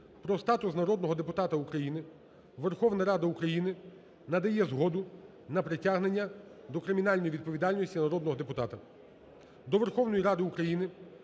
"Про статус народного депутата України" Верховна Рада України надає згоду на притягнення до кримінальної відповідальності, затримання чи арешт народного депутата. До Верховної Ради України